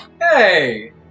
Hey